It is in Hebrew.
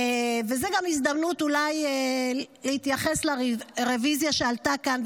זו גם הזדמנות אולי להתייחס לרוויזיה שעלתה כאן.